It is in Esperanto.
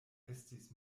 estis